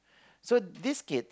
so these kids